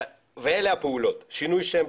ואלה הפעולות: שינוי שם,